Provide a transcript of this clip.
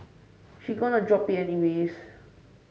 she gonna drop it anyways